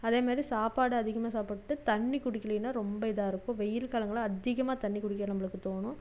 அதேமாரி சாப்பாடு அதிகமாக சாப்பிட்டுட்டு தண்ணி குடிக்கிலனா ரொம்ப இதாயிருக்கும் வெயில் காலங்கள்ல அதிகமாக தண்ணி குடிக்க நம்மளுக்கு தோணும்